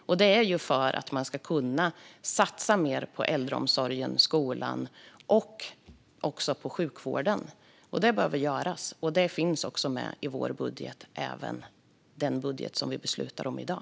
Det är för att man ska kunna satsa mer på äldreomsorgen, skolan och sjukvården. Detta behöver göras, och det finns med i vår budget, även den budget som vi beslutar om i dag.